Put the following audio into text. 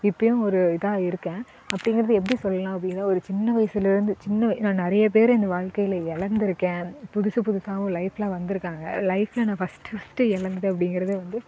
இப்போயும் ஒரு இதாக இருக்கேன் அப்டிங்கிறத எப்படி சொல்லலாம் அப்படினா ஒரு சின்ன வயசுலேருந்து சின்ன வ நான் நிறையா பேரை இந்த வாழ்கையில் எந்துருக்கேன் புதுசு புதுசாகவும் லைஃப்பில் வந்திருக்காங்க லைஃப்பில் நான் ஃபர்ஸ்ட் ஃபர்ஸ்ட்டு எழந்தது அப்டிங்கிறதே வந்து